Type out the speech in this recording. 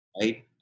Right